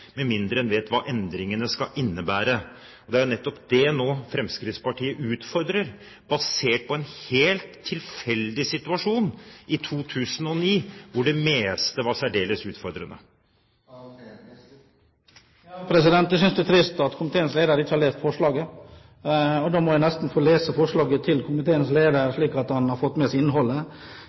med mindre en vet hva endringene skal innebære. Det er jo nettopp det Fremskrittspartiet nå utfordrer, basert på en helt tilfeldig situasjon i 2009, hvor det meste var særdeles utfordrende. Jeg synes det er trist at komiteens leder ikke har lest forslaget – og da må jeg nesten få lese forslaget for komiteens leder, slik at han får med seg innholdet: